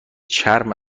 چرم